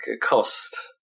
cost